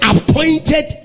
Appointed